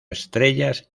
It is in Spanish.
estrellas